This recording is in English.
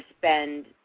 spend